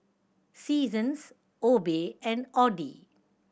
Seasons Obey and Audi